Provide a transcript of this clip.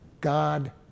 God